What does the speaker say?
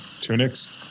tunics